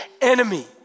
enemy